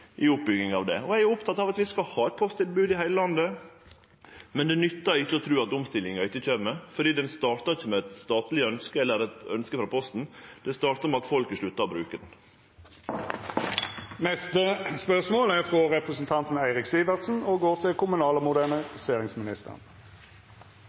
i oppbygginga av det. Eg er oppteken av at vi skal ha eit posttilbod i heile landet, men det nyttar ikkje å tru at omstillinga ikkje kjem, for ho startar ikkje med eit statleg ønske eller eit ønske frå Posten, ho startar med at folk har slutta å bruke det. «Ulvik kommune fulgte opp ønsket fra regjeringen om endringer i kommunestrukturen. Kommunen har brukt mye ressurser, utredet flere alternativ og